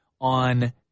on